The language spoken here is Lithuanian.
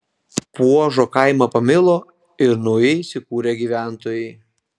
puožo kaimą pamilo ir naujai įsikūrę gyventojai